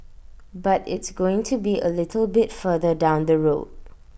but it's going to be A little bit further down the road